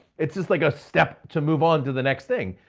it's just like a step to move on to the next thing.